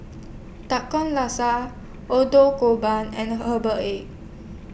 Laksa Adoo and Herbal Egg